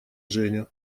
женя